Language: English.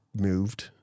moved